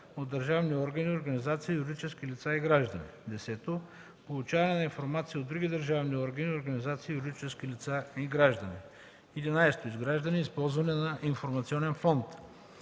от държавни органи, организации, юридически лица и граждани; 10. получаване на информация от другите държавни органи, организации, юридически лица и граждани; 11. изграждане и използване на информационен фонд;